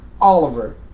Oliver